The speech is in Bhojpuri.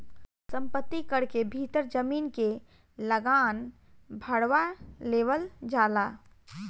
संपत्ति कर के भीतर जमीन के लागान भारवा लेवल जाला